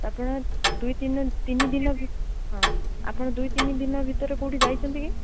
ଆପଣ ଦୁଇ ତିନି ତିନିଦିନ ହଁ ଆପଣ ଦୁଇ ତିନିଦିନ ଭିତରେ କେଉଁଠି କି ଯାଇଛନ୍ତି କି